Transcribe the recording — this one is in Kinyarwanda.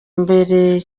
mbere